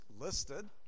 listed